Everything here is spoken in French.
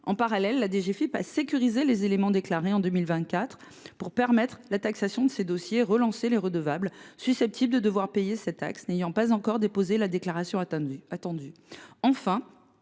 En parallèle, la DGFiP a sécurisé les éléments déclarés en 2024 pour permettre la taxation de ces dossiers et pour relancer les redevables susceptibles de payer cette taxe qui n’ont pas encore déposé la déclaration attendue. Enfin,